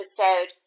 episode